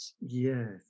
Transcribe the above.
Yes